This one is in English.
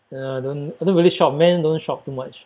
uh I don't I don't really shop men don't shop too much